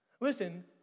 Listen